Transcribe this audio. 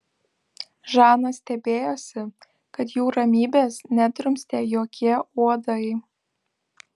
žana stebėjosi kad jų ramybės nedrumstė jokie uodai